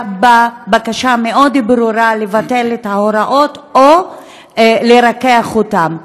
בה בקשה מאוד ברורה לבטל את ההוראות או לרכך אותן.